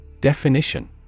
Definition